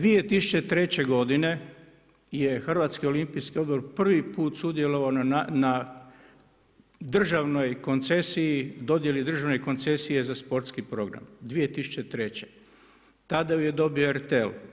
2003. godine je HOO je prvi put sudjelovao na državnoj koncesiji, dodijeli državne koncesija za sportski program 2003., tada ju je dobio RTL.